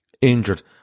Injured